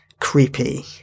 creepy